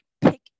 pick